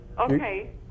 Okay